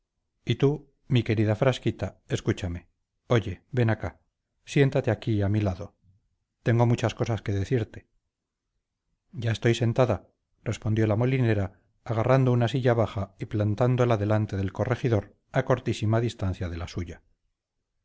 y tú mi querida frasquita escúchame oye ven acá siéntate aquí a mi lado tengo muchas cosas que decirte ya estoy sentada respondió la molinera agarrando una silla baja y plantándola delante del corregidor a cortísima distancia de la suya